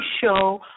show